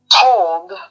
told